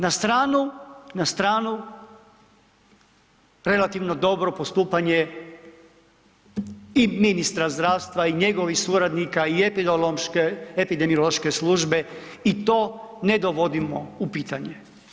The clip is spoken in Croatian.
Na stranu, na stranu relativno dobro postupanje i ministra zdravstva i njegovih suradnika i epidemiološke službe i to ne dovodimo u pitanje.